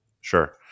Sure